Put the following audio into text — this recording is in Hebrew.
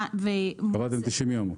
קבעתם 90 ימים.